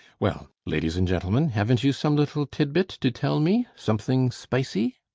well, ladies and gentlemen, haven't you some little tidbit to tell me something spicy?